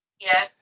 Yes